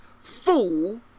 fool